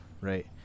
right